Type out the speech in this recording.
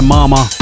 Mama